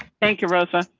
thank you rosa.